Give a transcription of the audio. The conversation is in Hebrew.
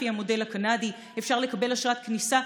לפי המודל הקנדי אפשר לקבל אשרת כניסה,